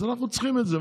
אז אנחנו צריכים את זה,